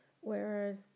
whereas